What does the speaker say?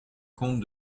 combe